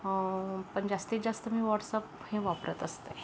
पण जास्तीत जास्त मी व्हॉटसअप हे वापरत असते